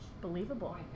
Believable